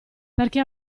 perché